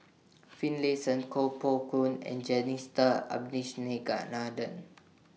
Finlayson Koh Poh Koon and Jacintha Abisheganaden